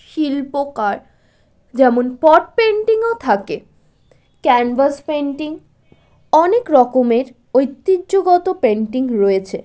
শিল্পকার যেমন পট পেন্টিংও থাকে ক্যানভাস পেন্টিং অনেক রকমের ঐতিহ্যগত পেন্টিং রয়েছে